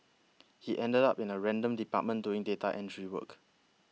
he ended up in a random department doing data entry work